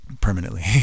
permanently